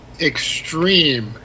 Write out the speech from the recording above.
extreme